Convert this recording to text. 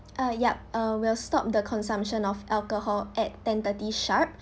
uh yup uh we'll stop the consumption of alcohol at ten thirty sharp